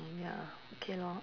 ya okay lor